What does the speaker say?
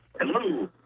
Hello